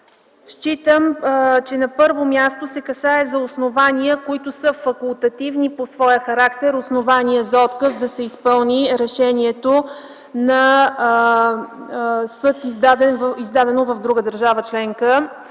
считам, че на първо място се касае за основания, които са факултативни по своя характер - основания за отказ да се изпълни решението на съд, издадено в друга държава – членка